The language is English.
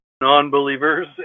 non-believers